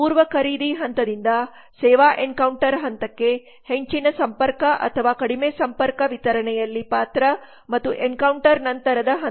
ಆದ್ದರಿಂದ ಪೂರ್ವ ಖರೀದಿ ಹಂತದಿಂದ ಸೇವಾ ಎನ್ಕೌಂಟರ್ ಹಂತಕ್ಕೆ ಹೆಚ್ಚಿನ ಸಂಪರ್ಕ ಅಥವಾ ಕಡಿಮೆ ಸಂಪರ್ಕ ವಿತರಣೆಯಲ್ಲಿ ಪಾತ್ರ ಮತ್ತು ಎನ್ಕೌಂಟರ್ ನಂತರದ ಹಂತ